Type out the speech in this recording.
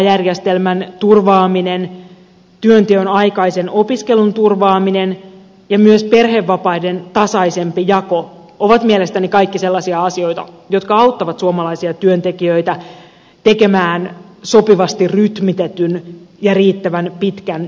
vuorotteluvapaajärjestelmän turvaaminen työnteon aikaisen opiskelun turvaaminen ja myös perhevapaiden tasaisempi jako ovat mielestäni kaikki sellaisia asioita jotka auttavat suomalaisia työntekijöitä tekemään sopivasti rytmitetyn ja riittävän pitkän työuran